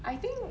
I think